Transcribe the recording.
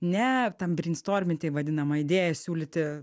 ne ten brain stormint taip vadinamą idėją siūlyti